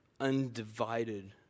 undivided